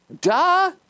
Duh